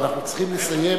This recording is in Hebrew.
אנחנו צריכים לסיים.